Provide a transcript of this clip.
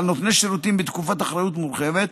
ועל נותני שירותים בתקופת אחריות מורחבת.